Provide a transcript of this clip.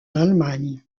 allemagne